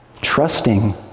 trusting